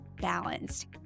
balanced